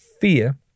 fear